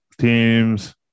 teams